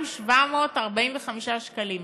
ל-2,745 שקלים.